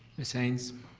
ms. haynes?